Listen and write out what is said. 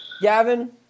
Gavin